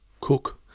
Cook